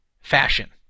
fashion